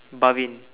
Bhavin